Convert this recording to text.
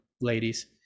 ladies